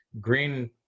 green